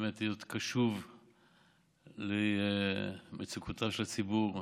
באמת להיות קשוב למצוקותיו של הציבור,